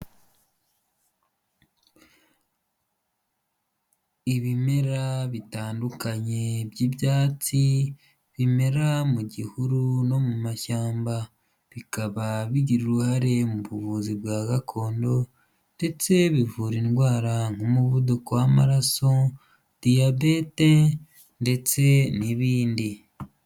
Ibimera bitandukanye by'ibyatsi, bimera mu gihuru no mu mashyamba, bikaba bigira uruhare mu buvuzi bwa gakondo ndetse bivur’indwara nk'umuvuduko w'amaraso, diyabete ndetse n'ibindi.